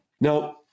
Now